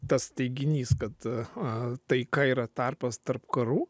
tas teiginys kad a taika yra tarpas tarp karų